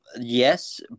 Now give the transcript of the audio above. yes